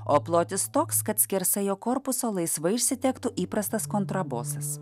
o plotis toks kad skersai jo korpuso laisvai išsitektų įprastas kontrabosas